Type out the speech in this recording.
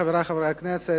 חברי חברי הכנסת,